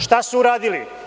Šta su uradili?